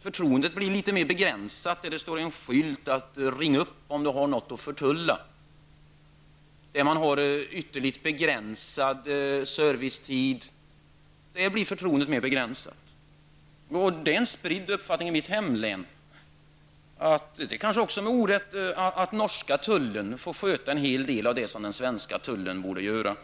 förtroendet blir litet mer begränsat om man läser en skylt där det står ''Ring upp om du har något att förtulla'' och man har ytterligt begränsade servicetider. Det är en spridd uppfattning i mitt hemlän -- kanske också med orätt -- att den norska tullen får sköta en hel del av det som den svenska tullen borde göra.